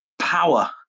power